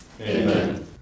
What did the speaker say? Amen